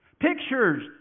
Pictures